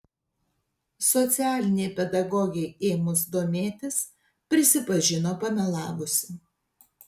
socialinei pedagogei ėmus domėtis prisipažino pamelavusi